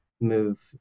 move